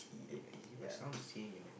eh is it by some you know